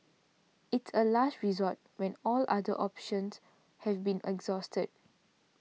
it's a last resort when all other options have been exhausted